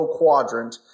quadrant